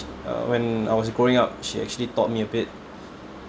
uh when I was growing up she actually taught me a bit